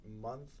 month